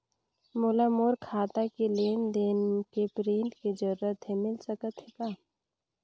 मोला मोर खाता के लेन देन के प्रिंट के जरूरत हे मिल सकत हे का?